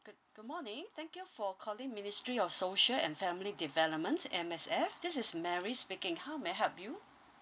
good morning thank you for calling ministry of social and family development M_S_F this is mary speaking how may I help you